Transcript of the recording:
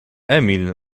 emil